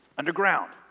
Underground